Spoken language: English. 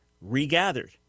regathered